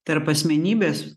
tarp asmenybės